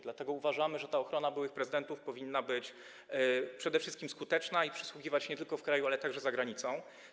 Dlatego uważamy, że ta ochrona byłych prezydentów powinna być przede wszystkim skuteczna i przysługiwać nie tylko w kraju, ale także za granicą.